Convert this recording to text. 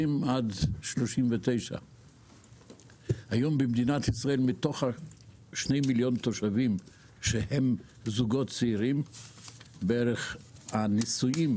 20-39. מתוך שני המיליון של הזוגות הצעירים הנשואים,